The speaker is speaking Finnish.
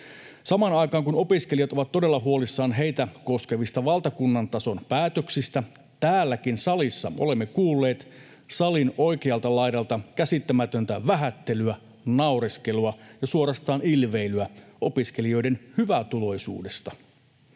Samaan aikaan kun opiskelijat ovat todella huolissaan heitä koskevista valtakunnan tason päätöksistä, täälläkin salissa olemme kuulleet, salin oikealta laidalta, käsittämätöntä vähättelyä, naureskelua ja suorastaan ilveilyä opiskelijoiden hyvätuloisuudesta.